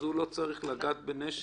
אז הוא לא צריך לגעת בנשק.